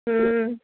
হ্যাঁ